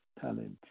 talent